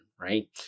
right